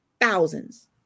Thousands